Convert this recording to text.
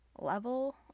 level